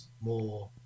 more